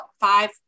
five